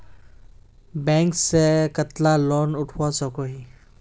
Bank से कतला loan उठवा सकोही?